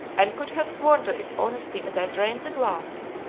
and could have sworn to its honesty as i drained the glass.